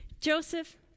Joseph